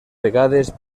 vegades